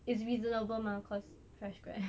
I mean it's reasonable mah cause um fresh grad